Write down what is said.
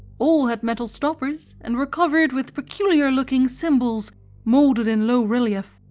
all had metal stoppers, and were covered with peculiar-looking symbols moulded in low relief.